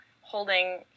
holding